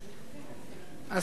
אז חבר הכנסת שלמה מולה.